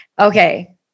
Okay